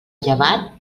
llevat